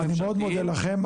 טוב, אני מאוד מודה לכם.